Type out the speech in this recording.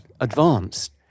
advanced